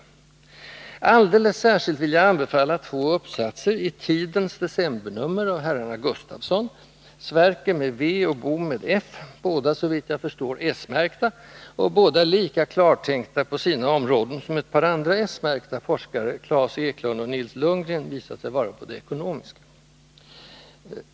Alldeles särskilt vill jag anbefalla två uppsatser i Tidens decembernummer av herrarna Gustavsson, Sverker med v och Bo med f, båda såvitt jag förstår s-märkta, och båda lika klartänkta på sina områden som ett par andra s-märkta forskare, Klas Eklund och Nils Lundgren, visat sig vara på det ekonomiska.